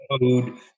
food